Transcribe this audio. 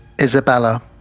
Isabella